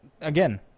again